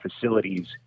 facilities